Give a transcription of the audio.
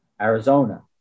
Arizona